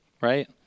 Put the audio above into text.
right